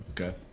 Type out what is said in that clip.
Okay